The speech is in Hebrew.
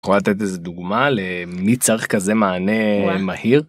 את יכולה לתת איזה דוגמה למי צריך כזה מענה מהיר.